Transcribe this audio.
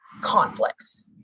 conflicts